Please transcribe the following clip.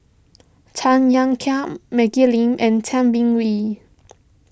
Tan Ean Kiam Maggie Lim and Tay Bin Wee